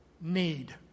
need